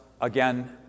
again